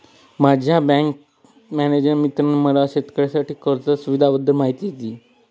माझ्या bank manager मित्राने मला शेतकऱ्यांसाठी कर्ज सुविधांबद्दल माहिती दिली